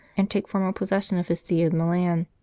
and take formal possession of his see of milan